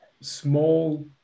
small